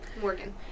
Morgan